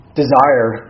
desire